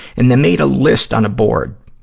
and then made a list on a board.